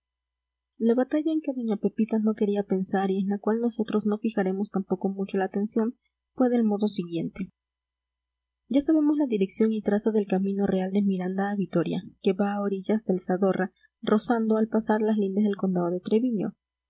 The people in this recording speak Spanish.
la batalla en que doña pepita no quería pensar y en la cual nosotros no fijaremos tampoco mucho la atención fue del modo siguiente ya sabemos la dirección y traza del camino real de miranda a vitoria que va a orillas del zadorra rozando al pasar los lindes del condado de treviño